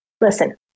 listen